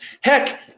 heck